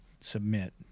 submit